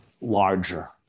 larger